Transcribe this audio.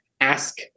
ask